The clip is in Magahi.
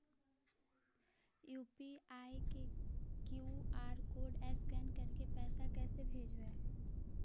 यु.पी.आई के कियु.आर कोड स्कैन करके पैसा कैसे भेजबइ?